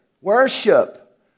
worship